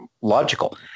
logical